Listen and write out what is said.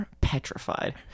petrified